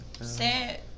sad